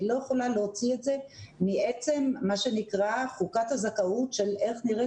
אני לא יכולה להוציא את זה מעצם חוקת הזכאות של איך נראית